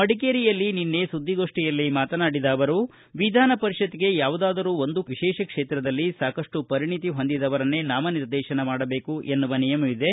ಮಡಿಕೇರಿಯಲ್ಲಿ ನಿನ್ನೆ ಸುದ್ದಿಗೋಷ್ಷಿಯಲ್ಲಿ ಮಾತನಾಡಿದ ಅವರು ವಿಧಾನಪರಿಷತ್ ಗೆ ಯಾವುದಾದರು ಒಂದು ವಿಶೇಷ ಕ್ಷೇತ್ರದಲ್ಲಿ ಸಾಕಷ್ಟು ಪರಿಣತಿ ಹೊಂದಿದವರನ್ನೇ ನಾಮನಿರ್ದೇಶನ ಮಾಡಬೇಕು ಎನ್ನುವ ನಿಯಮವಿದೆ